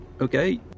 okay